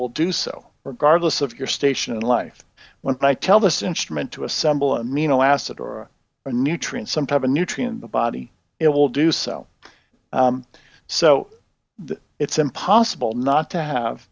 will do so regardless of your station in life when i tell this instrument to assemble amino acid or a nutrient some type of nutrient the body it will do so so it's impossible not to have